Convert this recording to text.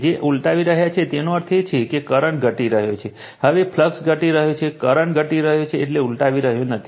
જ્યારે ઉલટાવી રહ્યા છો તેનો અર્થ એ છે કે કરંટ ઘટી રહ્યો છે હવે ફ્લક્સ ઘટી રહ્યો છે કરંટ ઘટી રહ્યો છે ઉલટાવી રહ્યો નથી